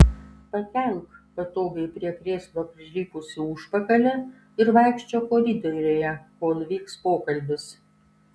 pakelk patogiai prie krėslo prilipusį užpakalį ir vaikščiok koridoriuje kol vyks pokalbis